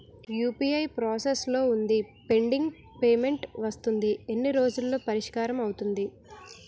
UPI process లో వుంది pending payment వస్తుంది ఎన్ని రోజుల్లో పరిష్కారం అవుతుంది